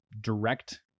direct